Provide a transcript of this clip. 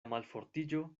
malfortiĝo